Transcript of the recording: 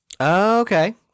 Okay